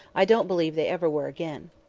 i don't believe they ever were again.